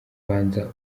banza